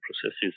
processes